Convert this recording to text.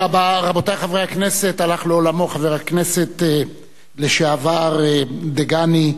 הלך לעולמו חבר הכנסת לשעבר דגני,